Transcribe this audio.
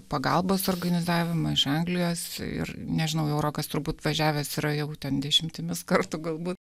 pagalbos organizavimo iš anglijos ir nežinau jau rokas turbūt važiavęs yra jau ten dešimtimis kartų galbūt